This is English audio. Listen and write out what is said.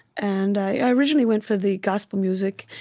and i originally went for the gospel music.